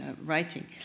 writing